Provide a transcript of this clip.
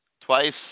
twice